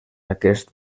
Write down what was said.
aquest